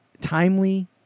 timely